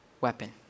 weapon